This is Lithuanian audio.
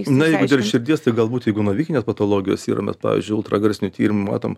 na ir širdies tai galbūt jeigu navikinės patologijos yra mes pavyzdžiui ultragarsiniu tyrimu matom